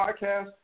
Podcast